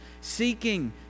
seeking